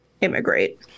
immigrate